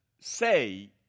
say